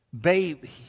baby